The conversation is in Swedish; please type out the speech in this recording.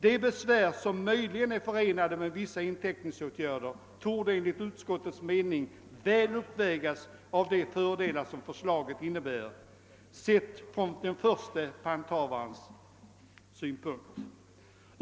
De besvär som möjligen är förenade med vissa inteckningsåtgärder torde enligt utskottets mening väl uppvägas av de fördelar som förslaget innebär, sett från den förste panthavarens synpunkt.